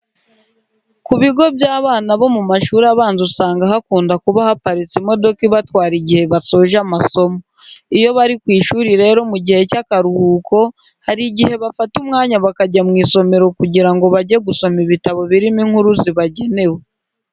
Ku bigo by'abana bo mu mashuri abanza usanga hakunda kuba haparitse imodoka ibatwara igihe basoje amasomo. Iyo bari ku ishuri rero mu gihe cy'akaruhuko, hari igihe bafata umwanya bakajya mu isomero kugira ngo bajye gusoma ibitabo birimo inkuru zibagenewe.